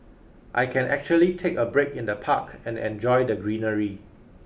I can actually take a break in the park and enjoy the greenery